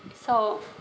so